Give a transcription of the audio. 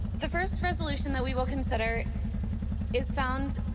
the first resolution that we will consider is found,